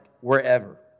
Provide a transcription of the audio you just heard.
wherever